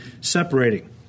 separating